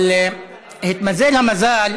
אבל התמזל המזל,